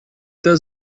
does